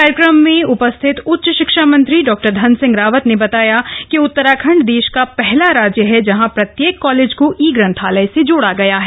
कार्यक्रम में उपस्थित उच्च शिक्षा मंत्री डॉ धन सिंह रावत ने बताया कि उत्तराखण्ड देश का पहला राज्य है जहां प्रत्येक कॉलेज को ई ग्रंथालय से जोड़ा गया है